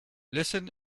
listen